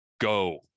go